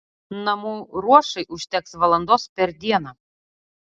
namų ruošai užteks valandos per dieną